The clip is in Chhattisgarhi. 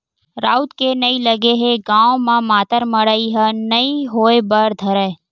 राउत के नइ लगे ले गाँव म मातर मड़ई ह नइ होय बर धरय